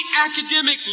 academic